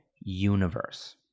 Universe